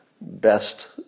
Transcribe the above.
best